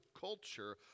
culture